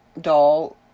doll